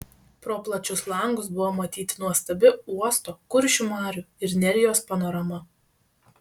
pro plačius langus buvo matyti nuostabi uosto kuršių marių ir nerijos panorama